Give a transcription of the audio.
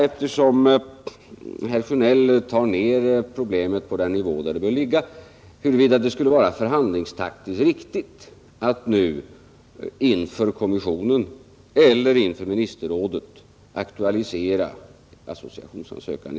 Eftersom herr Sjönell för ned problemet på den nivå där det bör ligga kan man fråga sig om det skulle vara förhandlingstaktiskt riktigt att nu inför kommissionen eller inför ministerrådet aktualisera associationsansökan.